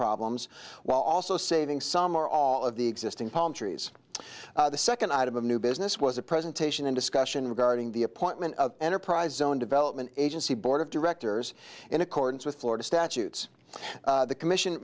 problems while also saving some or all of the existing palm trees the second item of new business was a presentation and discussion regarding the appointment of enterprise zone development agency board of directors in accordance with florida statutes the commission